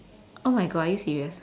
oh my god are you serious